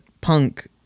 punk